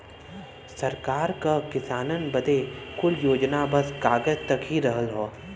सरकार क किसानन बदे कुल योजना बस कागज तक ही रहल हौ